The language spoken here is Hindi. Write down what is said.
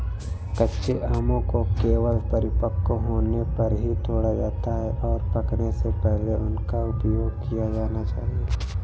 कच्चे आमों को केवल परिपक्व होने पर ही तोड़ा जाता है, और पकने से पहले उनका उपयोग किया जाना चाहिए